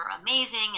amazing